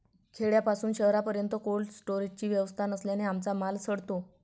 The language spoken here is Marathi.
खेड्यापासून शहरापर्यंत कोल्ड स्टोरेजची व्यवस्था नसल्याने आमचा माल सडतो